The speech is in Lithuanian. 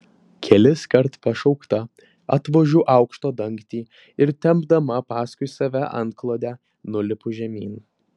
keliskart pašaukta atvožiu aukšto dangtį ir tempdama paskui save antklodę nulipu žemyn